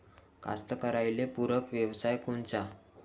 कास्तकाराइले पूरक व्यवसाय कोनचा?